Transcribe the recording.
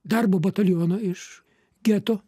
darbo batalioną iš geto